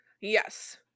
yes